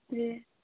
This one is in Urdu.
جی